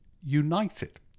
united